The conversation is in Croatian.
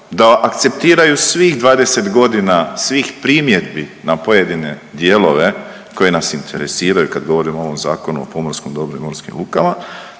da akceptiraju svih 20 godina svih primjedbi na pojedine dijelove koji nas interesiraju kad govorimo o ovom Zakonu o pomorskom dobru i morskim lukama